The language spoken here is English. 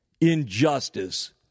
injustice